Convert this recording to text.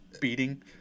beating